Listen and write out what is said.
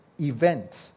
event